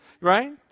right